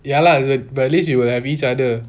ya lah but but at least you will have each other